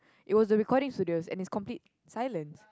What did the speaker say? it was a recording studio and it's complete silence